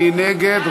מי נגד?